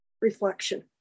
reflection